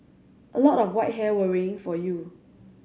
a lot of white hair worrying for you